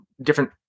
different